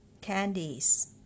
Candies